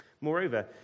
Moreover